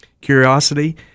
curiosity